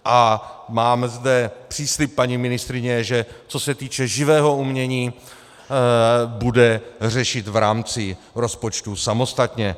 A máme zde příslib paní ministryně, že co se týče živého umění, bude to řešit v rámci rozpočtu samostatně.